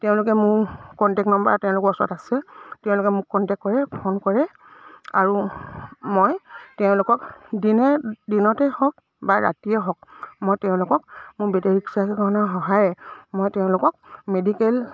তেওঁলোকে মোৰ contact number তেওঁলোকৰ ওচৰত আছে তেওঁলোকে মোক কণ্টেক্ট কৰে ফোন কৰে আৰু মই তেওঁলোকক দিনে দিনতে হওক বা ৰাতিয়ে হওক মই তেওঁলোকক মোৰ বেটেৰী ৰিক্সাৰ সহায়েৰে মই তেওঁলোকক মেডিকেল